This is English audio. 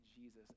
Jesus